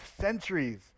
centuries